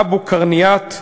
אבו-קרינאת,